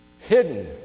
hidden